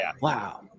wow